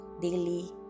daily